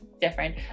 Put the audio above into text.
different